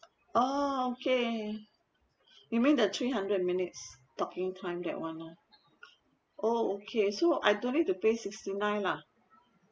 oh okay you mean the three hundred minutes talking time that one loh oh okay so I don't need to pay sixty nine lah